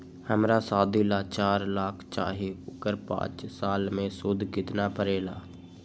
हमरा शादी ला चार लाख चाहि उकर पाँच साल मे सूद कितना परेला?